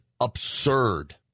absurd